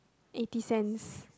eighty cents